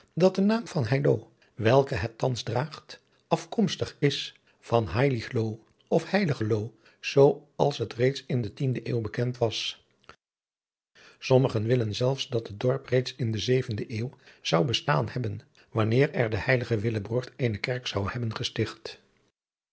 dat de naam van heiloo welke het thans draagt afkomstig is van heilichloe of heiligeloo zoo als het reeds in de tiende eeuw bekend was sommigen willen zelfs dat het dorp reeds in de zevende eeuw zou bestaan hebben wanneer er de heilige willerbrord eene kerk zou hebben gesticht